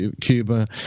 Cuba